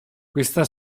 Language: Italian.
questa